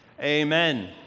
Amen